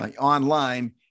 online